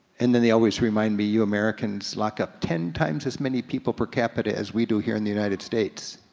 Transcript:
and then they always remind me, you americans lock up ten times as many people for capita as we do here in the united states.